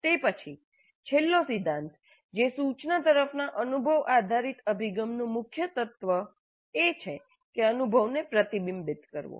તે પછી છેલ્લો સિદ્ધાંત જે સૂચના તરફના અનુભવ આધારિત અભિગમનું મુખ્ય તત્વ છે એ છે અનુભવને પ્રતિબિંબિત કરવો